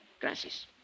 Gracias